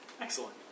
Excellent